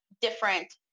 different